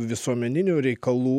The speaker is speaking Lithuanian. visuomeninių reikalų